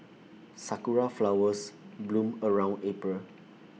Sakura Flowers bloom around April